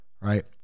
Right